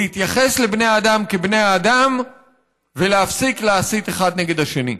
להתייחס לבני האדם כבני האדם ולהפסיק להסית אחד נגד השני.